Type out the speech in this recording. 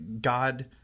God